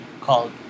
Called